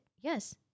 yes